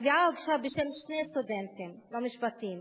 התביעה הוגשה בשם שני סטודנטים למשפטים